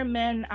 men